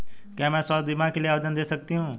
क्या मैं स्वास्थ्य बीमा के लिए आवेदन दे सकती हूँ?